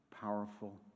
powerful